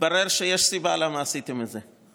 התברר שיש סיבה לכך שעשיתם את זה.